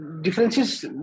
differences